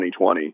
2020